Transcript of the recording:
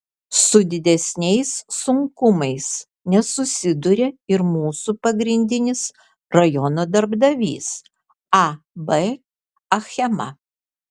su didesniais sunkumais nesusiduria ir mūsų pagrindinis rajono darbdavys ab achema